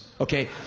okay